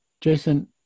Jason